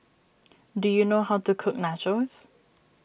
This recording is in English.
do you know how to cook Nachos